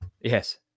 Yes